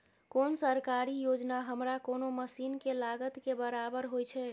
कोन सरकारी योजना हमरा कोनो मसीन के लागत के बराबर होय छै?